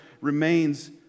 remains